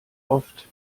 oft